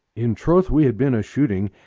in troth we had been a shooting,